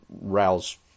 rouse